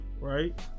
right